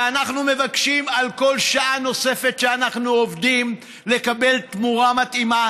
ואנחנו מבקשים על כל שעה נוספת שאנחנו עובדים לקבל תמורה מתאימה,